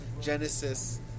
Genesis